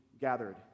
gathered